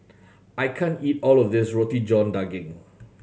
I can't eat all of this Roti John Daging